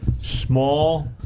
small